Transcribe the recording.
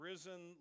Risen